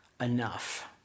enough